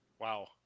Wow